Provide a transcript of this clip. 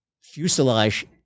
fuselage